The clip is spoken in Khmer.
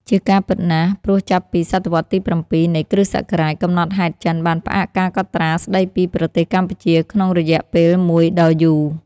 ជាការពិតណាស់ ព្រោះចាប់ពី សតវត្សរ៍ទី៧ នៃគ្រិស្តសករាជ កំណត់ហេតុចិនបានផ្អាកការកត់ត្រាស្តីពី ប្រទេសកម្ពុជា ក្នុងរយៈពេលមួយដ៏យូរ។